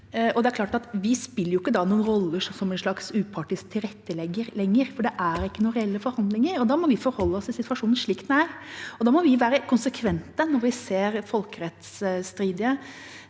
Vi spiller da ikke lenger en rolle som en upartisk tilrettelegger, for det er ikke reelle forhandlinger. Da må vi forholde oss til situasjonen slik den er, og da må vi være konsekvente når vi ser folkerettsstridig